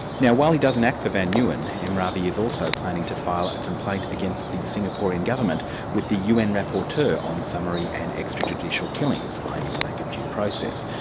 now while he doesn't act for van nguyen, m ravi is also planning to file a complaint against the singaporean government with the un rapporteur on summary and extrajudicial killings, claiming a lack of due process.